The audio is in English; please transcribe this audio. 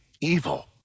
evil